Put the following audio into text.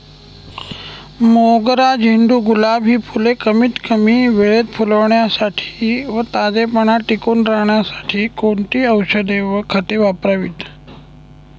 मोगरा, झेंडू, गुलाब हि फूले कमीत कमी वेळेत फुलण्यासाठी व ताजेपणा टिकून राहण्यासाठी कोणती औषधे व खते वापरावीत?